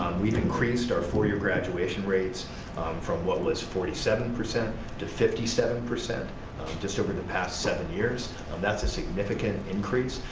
we've increased our four-year graduation rates from what was forty seven percent to fifty seven percent just over the past seven years, um that's a significant increase.